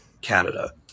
canada